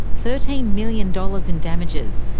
thirteen million dollars in damages,